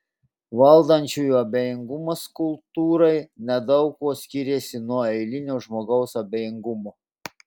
valdančiųjų abejingumas kultūrai nedaug kuo skiriasi nuo eilinio žmogaus abejingumo